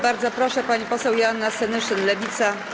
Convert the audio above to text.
Bardzo proszę, pani poseł Joanna Senyszyn, Lewica.